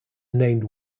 named